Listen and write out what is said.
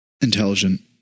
Intelligent